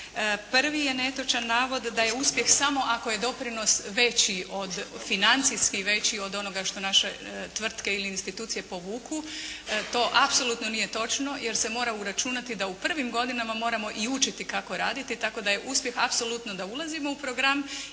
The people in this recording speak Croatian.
Prvi je netočan navod da je uspjeh samo ako je doprinos veći od, financijski veći od onoga što naše tvrtke ili institucije povuku. To apsolutno nije točno jer se mora uračunati da u prvim godinama moramo i učiti kako raditi tako da je uspjeh apsolutno da ulazimo u program